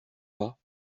pas